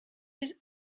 his